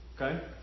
Okay